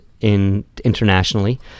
internationally